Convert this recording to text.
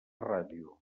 ràdio